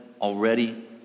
already